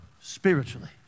spiritually